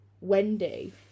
Wendy